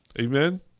Amen